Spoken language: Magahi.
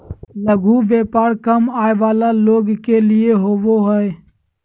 लघु व्यापार कम आय वला लोग के लिए होबो हइ